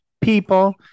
people